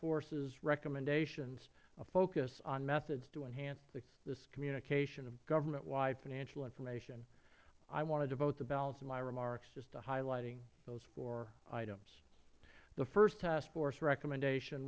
forces recommendations focus on methods to enhance this communication of government wide financial information i want to devote the balance of my remarks just to highlighting those four items the first task force recommendation